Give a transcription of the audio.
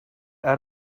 out